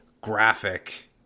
graphic